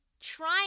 Trying